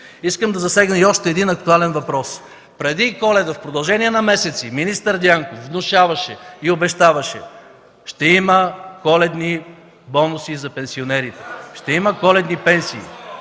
Искам да засегна още един актуален въпрос. Преди Коледа в продължение на месеци министър Дянков внушаваше и обещаваше: „Ще има коледни бонуси за пенсионерите” (реплики